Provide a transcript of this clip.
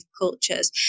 cultures